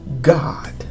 God